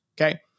Okay